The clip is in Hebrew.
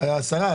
השרה,